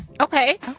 Okay